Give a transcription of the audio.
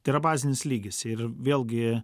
tai yra bazinis lygis ir vėlgi